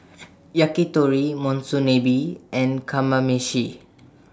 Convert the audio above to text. Yakitori Monsunabe and Kamameshi